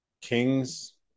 Kings